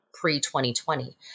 pre-2020